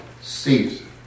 season